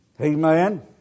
Amen